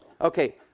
Okay